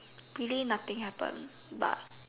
really nothing happened but